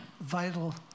vital